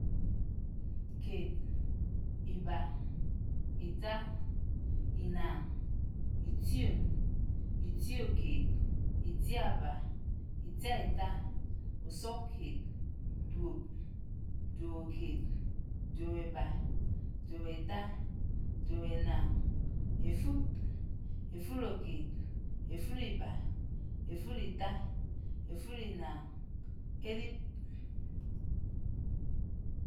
Ked, íbà, ítá, ínáñ, ítion, ítiokéd, ítiábá, ítiáítá, usukéd, duob, duobòkéd, duob'ébá, duob'étá, duob'énáñ, éfud, éfuròkéd, éfur'íbá, éfur'ítá, éfur'ínáñ, élib